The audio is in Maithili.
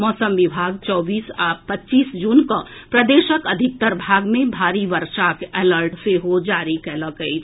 मौसम विभाग चौबीस आ पच्चीस जून कऽ प्रदेशक अधिकतर भाग मे भारी वर्षाक अलर्ट सेहो जारी कएलक अछि